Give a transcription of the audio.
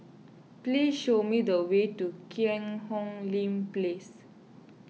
please show me the way to Cheang Hong Lim Place